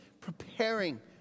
preparing